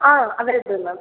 ah available ma'am